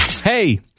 Hey